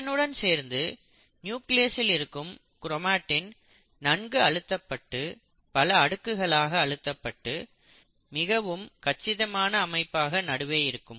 இதனுடன் சேர்ந்து நியூக்ளியஸில் இருக்கும் க்ரோமாட்டின் நன்கு அழுத்தப்பட்டு பல அடுக்குகளாக அழுத்தப்பட்டு மிகவும் கச்சிதமான அமைப்பாக நடுவே இருக்கும்